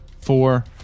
four